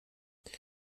det